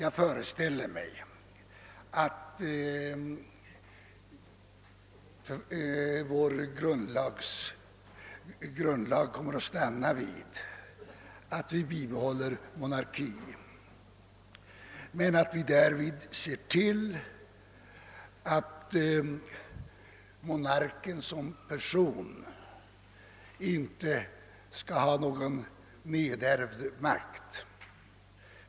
Jag föreställer mig att vår kommande grundlag kommer att stanna vid att vi bibehåller monarkin men att man kommer att se till att monarken som person inte skall ha någon nedärvd makt.